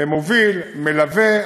מוביל, מלווה.